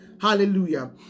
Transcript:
Hallelujah